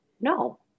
no